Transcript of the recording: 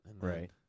Right